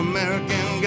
American